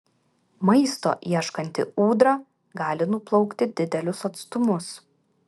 maisto ieškanti ūdra gali nuplaukti didelius atstumus